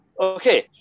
Okay